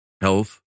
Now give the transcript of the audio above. health